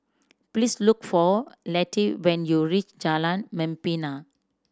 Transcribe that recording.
please look for Letty when you reach Jalan Membina